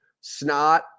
snot